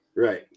Right